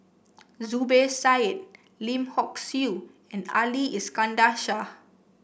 Zubir Said Lim Hock Siew and Ali Iskandar Shah